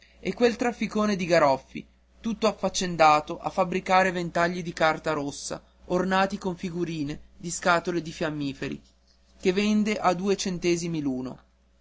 e quel trafficone di garoffi tutto affaccendato a fabbricare ventagli di carta rossa ornati con figurine di scatole di fiammiferi che vende a due centesimi